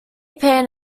paine